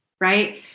Right